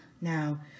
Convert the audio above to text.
Now